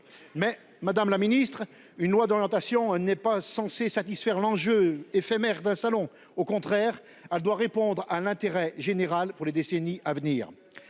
salon de l’agriculture… Une loi d’orientation agricole n’est pas censée satisfaire l’enjeu éphémère d’un salon. Au contraire, elle doit répondre à l’intérêt général pour les décennies à venir